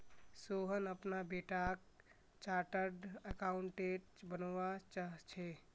सोहन अपना बेटाक chartered accountant बनवा चाह्चेय